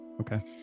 Okay